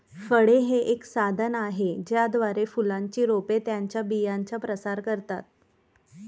फळे हे एक साधन आहे ज्याद्वारे फुलांची रोपे त्यांच्या बियांचा प्रसार करतात